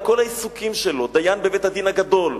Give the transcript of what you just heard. עם כל העיסוקים שלו, דיין בבית-הדין הגדול,